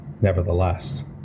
nevertheless